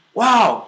wow